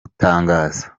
gutangaza